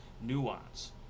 nuance